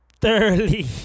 thoroughly